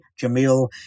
Jamil